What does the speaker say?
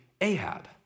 Ahab